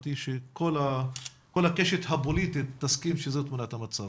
לדעתי כל הקשת הפוליטית תסכים שזאת תמונת המצב.